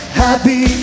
happy